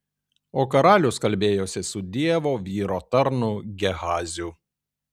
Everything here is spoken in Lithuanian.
o karalius kalbėjosi su dievo vyro tarnu gehaziu